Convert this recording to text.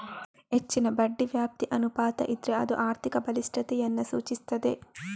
ಹೆಚ್ಚಿನ ಬಡ್ಡಿ ವ್ಯಾಪ್ತಿ ಅನುಪಾತ ಇದ್ರೆ ಅದು ಆರ್ಥಿಕ ಬಲಿಷ್ಠತೆಯನ್ನ ಸೂಚಿಸ್ತದೆ